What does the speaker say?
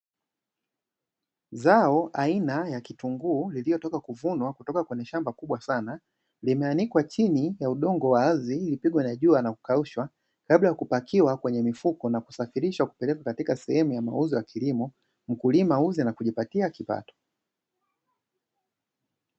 Zao aina ya kitunguu iliyotoka kuvunwa kutoka kwenye shamba kubwa sana, limeanikwa chini ya udongo wa ardhi ili lipigwe na jua na kukaushwa, kabla ya kupakiwa kwenye mifuko na kusafirishwa kupelekwa katika sehemu ya mauzo ya kilimo, mkulima auze na kujipatia kipato.